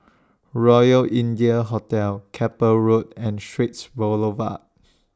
Royal India Hotel Keppel Road and Straits Boulevard